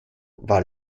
war